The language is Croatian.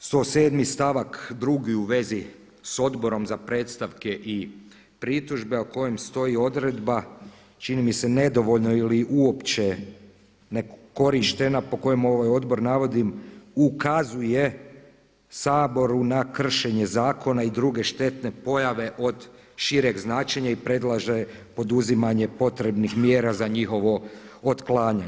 107. stavak 2. u vezi s Odborom za predstavke i pritužbe, a u kojem stoji odredba čini mi se nedovoljno ili uopće ne korištena po kojem ovaj odbor navodim ukazuje Saboru na kršenje zakona i druge štetne pojave od šireg značenja i predlaže poduzimanje potrebnih mjera za njihovo otklanjanje.